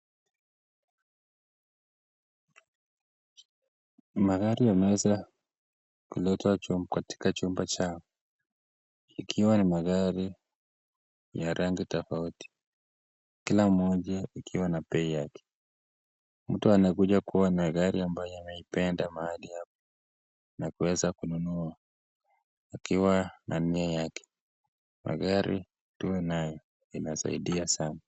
Magari yameweza kuleta katika chumba chao. Ikiwa ni magari ya rangi tofauti. Kila moja ikiwa na bei yake. Mtu anakuja kuona gari ambayo ameipenda mahali hapa na kuweza kununua akiwa na nia yake. Magari kuwa nayo inasaidia sana.